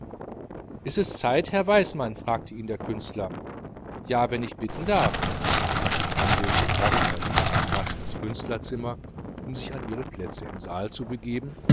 ist es zeit herr weismann frug ihn der künstler ja wenn ich bitten darf die anwesenden herrn verließen nun rasch das künstlerzimmer um sich an ihre plätze im saal zu begeben